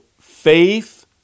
faith